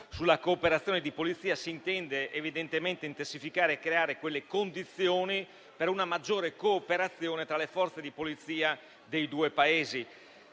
sulla cooperazione di polizia si intende evidentemente creare le condizioni per una maggiore cooperazione tra le Forze di polizia dei due Paesi